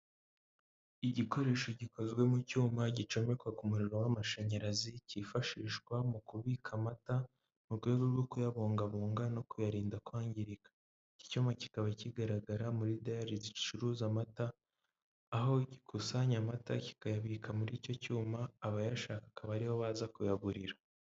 Igikoresho gikozwe mu cyuma gicomekwa ku muriro w'amashanyarazi cyifashishwa mu kubika amata mu rwego rwo kuyabungabunga no kuyarinda kwangirika, iki cyuma kikaba kigaragara muri dayari zicuruza amata, aho gikusanya amata kikayabika muri icyo cyuma abayashaka akaba aribo baza kuyagurira.